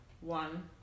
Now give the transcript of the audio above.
one